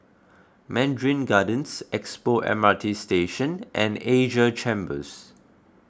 Mandarin Gardens Expo M R T Station and Asia Chambers